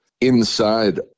inside